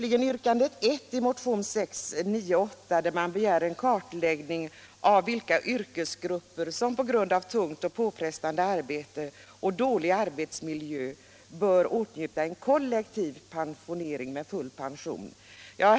I yrkandet 1 i motionen 698 begär man en kartläggning av vilka yrkesgrupper som på grund av tungt och påfrestande arbete samt dålig arbetsmiljö bör åtnjuta en kollektiv pensionering med full pension.